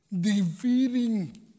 defeating